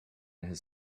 his